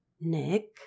Nick